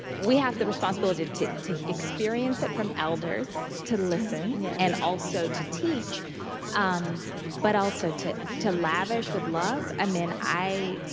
we have the responsibility to to experience it from elders, to listen, yeah and also to teach um but also to to lavish with love. ah i